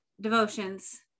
devotions